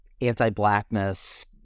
anti-blackness